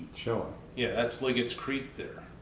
so yeah that's liggett's creek there.